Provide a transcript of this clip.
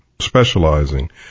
specializing